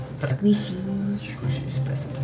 Squishy